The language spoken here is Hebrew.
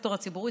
הסקטור הציבורי,